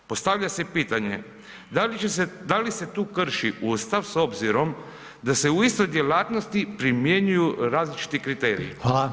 Postavlja se pitanje da li se ti krši Ustav s obzirom da se u istoj djelatnosti primjenjuju različiti kriteriji?